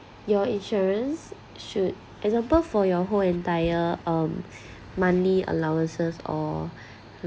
your insurance should example for your whole entire um monthly allowances or